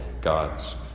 gods